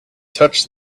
touched